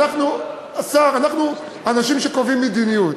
אנחנו אנשים שקובעים מדיניות.